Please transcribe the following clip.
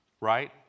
right